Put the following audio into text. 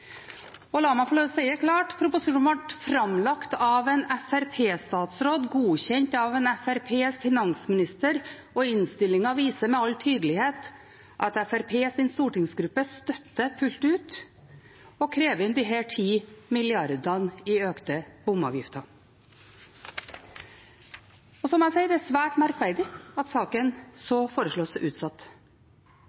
og la meg få lov til å si det klart: Proposisjonen ble framlagt av en Fremskrittsparti-statsråd, godkjent av en Fremskrittsparti-finansminister, og innstillingen viser med all tydelighet at Fremskrittspartiets stortingsgruppe fullt ut støtter å kreve inn disse 10 mrd. kr i økte bomavgifter. Jeg må si det er svært merkverdig at saken